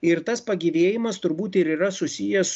ir tas pagyvėjimas turbūt ir yra susijęs